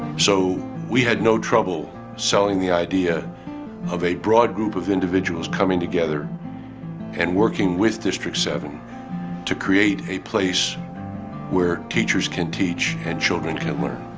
so we had no trouble selling the idea of a broad group of individuals coming together and working with district seven to create a place where teachers can teach and children can learn.